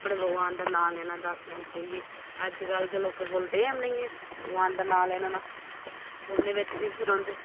अपने भगवान दा नाम लैना दस्स मिंट बेहियै अज्जकल ते लोकें कोल टैम निं ऐ भगवान दा नाम लैने दा फोनै बिच बिज़ी रौहंदे